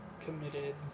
committed